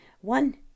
one